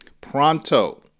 Pronto